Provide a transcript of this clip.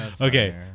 Okay